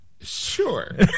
Sure